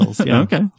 Okay